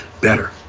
better